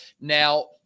Now